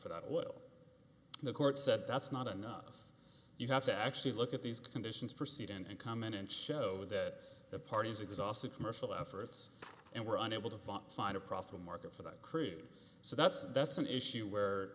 for that oil the court said that's not enough you have to actually look at these conditions proceed and come in and show that the parties exhausted commercial efforts and were unable to find a profit market for that crude so that's that's an issue where